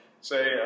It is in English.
say